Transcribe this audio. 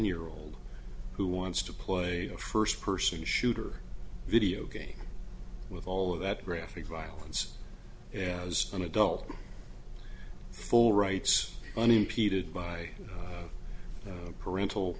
year old who wants to play a first person shooter video game with all of that graphic violence as an adult full rights unimpeded by parental